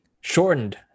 shortened